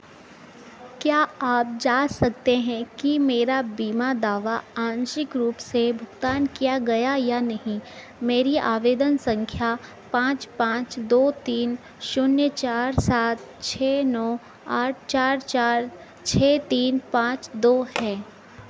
क्या आप जाँच सकते हैं कि मेरा बीमा दावा आंशिक रूप से भुगतान किया गया या नहीं मेरी आवेदन संख्या पाँच पाँच दो तीन शून्य चार सात छः नौ आठ चार चार छः तीन पाँच दो है